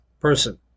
person